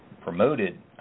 promoted